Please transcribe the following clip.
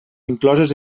incloses